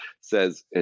says